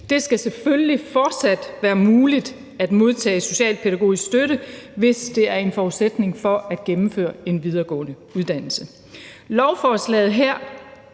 Det skal selvfølgelig fortsat være muligt at modtage specialpædagogisk støtte, hvis det er en forudsætning for at gennemføre en videregående uddannelse. Formålet med